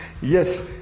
yes